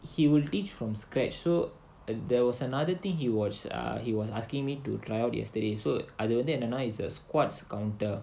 he will teach from scratch so there was another thing he was uh he was asking me to try out yesterday அது வந்து என்னனா:adhu vandhu ennanaa squads counter